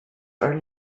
are